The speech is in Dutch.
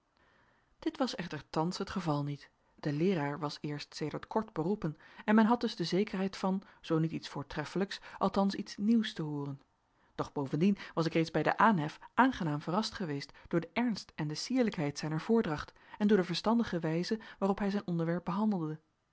dit was echter thans het geval niet de leeraar was eerst sedert kort beroepen en men had dus de zekerheid van zoo niet iets voortreffelijks althans iets nieuws te hooren doch bovendien was ik reeds bij den aanhef aangenaam verrast geweest door den ernst en de sierlijkheid zijner voordracht en door de verstandige wijze waarop hij zijn onderwerp behandelde